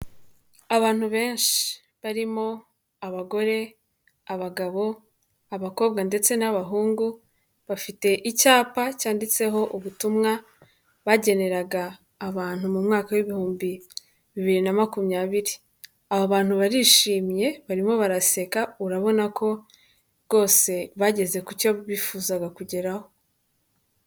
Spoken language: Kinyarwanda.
Abantu benshi barimo abagore, abagabo, abakobwa ndetse n'abahungu, bafite icyapa cyanditseho ubutumwa bageneraga abantu mu mwaka w'ibihumbi bibiri na makumyabiri. Aba bantu barishimye barimo baraseka, urabona ko rwose bageze ku cyo bifuzaga kugeraho.